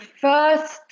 first